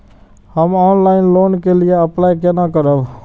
हम online loan के लिए अप्लाई केना करब?